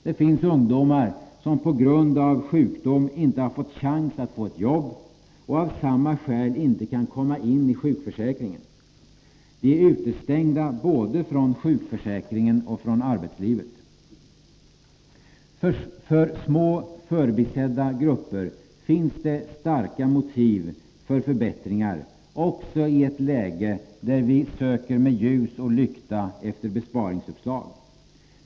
Det finns ungdomar som på grund av sjukdom inte har haft chansen att få jobb och av samma skäl inte kan komma in i sjukförsäkringen. De är utestängda från både sjukförsäkringen och arbetslivet. För små förbisedda grupper finns det starka motiv för förbättringar också i ett läge där vi söker med ljus och lykta efter besparingsuppslag.